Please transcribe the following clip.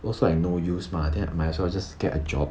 also like no use mah then might as well just get a job